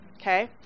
Okay